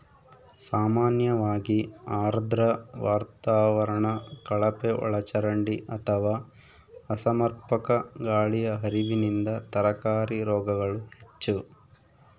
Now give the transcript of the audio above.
ಸಾಮಾನ್ಯವಾಗಿ ಆರ್ದ್ರ ವಾತಾವರಣ ಕಳಪೆಒಳಚರಂಡಿ ಅಥವಾ ಅಸಮರ್ಪಕ ಗಾಳಿಯ ಹರಿವಿನಿಂದ ತರಕಾರಿ ರೋಗಗಳು ಹೆಚ್ಚು